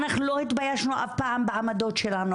אנחנו לא התביישנו אף פעם בעמדות שלנו,